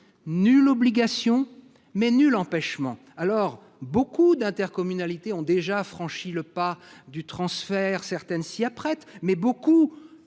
Nulle obligation, mais nul empêchement. De nombreuses intercommunalités ont déjà franchi le pas du transfert, certaines s’y apprêtent, mais beaucoup